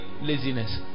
laziness